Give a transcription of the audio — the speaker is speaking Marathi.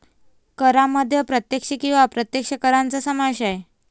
करांमध्ये प्रत्यक्ष किंवा अप्रत्यक्ष करांचा समावेश आहे